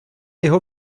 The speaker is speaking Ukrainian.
його